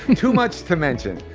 too much to mention!